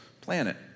planet